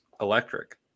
electric